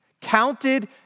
counted